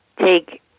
take